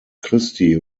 christi